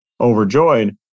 overjoyed